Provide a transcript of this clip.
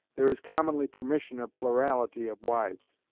there is commonly permission of plurality of wives.